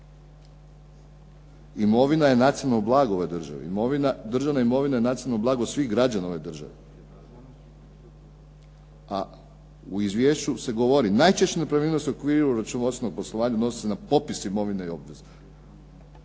Imovina je nacionalno blago u ovoj državi. Državna imovina je nacionalno blago svih građana ove države. A u izvješću se govori: "Najčešće nepravilnosti u okviru računovodstvenog poslovanja odnose se na popis imovina i obveza.".